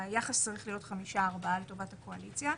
היחס צריך להיות 5:4 לטובת הקואליציה.